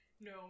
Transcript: No